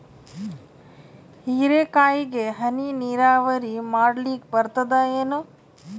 ಹೀರೆಕಾಯಿಗೆ ಹನಿ ನೀರಾವರಿ ಮಾಡ್ಲಿಕ್ ಬರ್ತದ ಏನು?